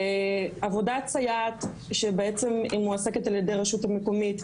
עבודת סייעת שבעצם היא מועסקת על ידי הרשות המקומית,